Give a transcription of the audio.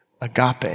agape